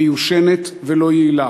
מיושנת ולא יעילה.